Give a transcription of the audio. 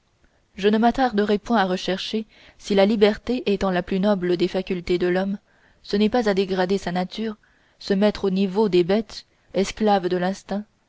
je ne m'arrêterai point à rechercher si la liberté étant la plus noble des facultés de l'homme ce n'est pas dégrader sa nature se mettre au niveau des bêtes esclaves de l'instinct